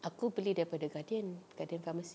aku beli daripada Guardian Guardian pharmacy